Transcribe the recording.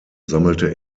sammelte